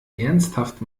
ernsthaft